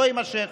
לא יימשך?